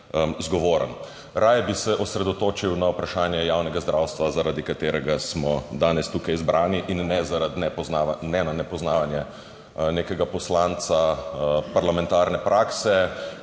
zgovoren -, raje bi se osredotočil na vprašanje javnega zdravstva, zaradi katerega smo danes tukaj zbrani. In ne zaradi nepoznava…, ne na nepoznavanje nekega poslanca parlamentarne prakse,